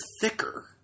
thicker